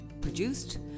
produced